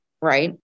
right